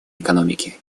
экономикой